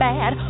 Bad